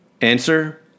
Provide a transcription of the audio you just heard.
Answer